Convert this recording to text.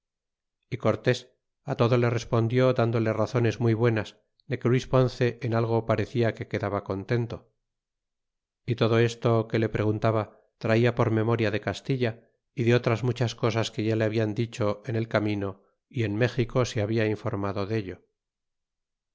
y cortés á todo le respondió dándole razones muy buenas de que luis ponce en algo parecia que quedaba contento y todo esto que le preguntaba traia por memoria de castilla y de otras muchas cosas que ya le hablan dicho en el camino y en méxico se hablan informado dello